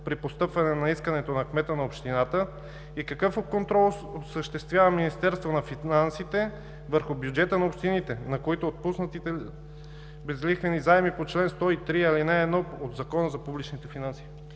при постъпване на искането от кмета на общината? Какъв контрол осъществява Министерството на финансите върху бюджета на общините, на които се отпускат безлихвени заеми по чл. 103, ал. 1 от Закона за публичните финанси?